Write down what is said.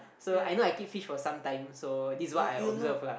so I know I keep fish for sometime so this is what I observe lah